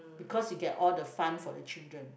because you get all the fun for the children